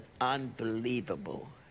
unbelievable